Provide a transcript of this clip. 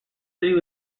city